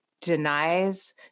denies